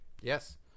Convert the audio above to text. Yes